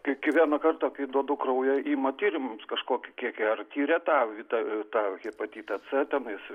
kiekvieną kartą kai duodu kraują ima tyrimams kažkokį kiekį ar tiria tą tą tą hepatitą c tenais